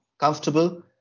comfortable